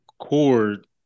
Cord